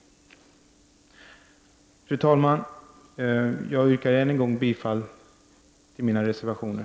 Fru talman! Jag yrkar än en gång bifall till mina reservationer.